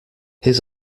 his